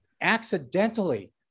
accidentally